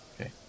Okay